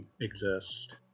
exist